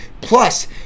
Plus